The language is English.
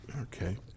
Okay